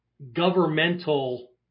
governmental